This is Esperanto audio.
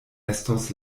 estos